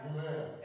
Amen